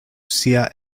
sia